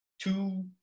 two